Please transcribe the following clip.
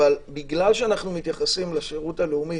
אבל בגלל שאנחנו מתייחסים לשירות הלאומי